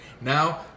Now